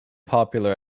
popular